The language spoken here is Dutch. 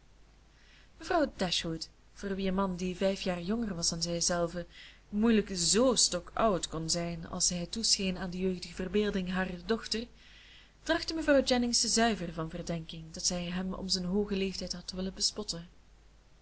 mevrouw dashwood voor wie een man die vijf jaar jonger was dan zijzelve moeilijk z stokoud kon zijn als hij toe scheen aan de jeugdige verbeelding harer dochter trachtte mevrouw jennings te zuiveren van de verdenking dat zij hem om zijn hoogen leeftijd had willen bespotten